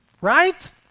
Right